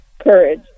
courage